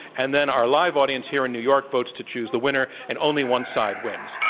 and then our live audience here in new york votes to choose the winner, and o nly one side wins.